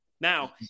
Now